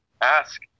ask